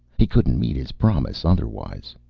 he couldn't meet his promise otherwise.